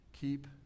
keep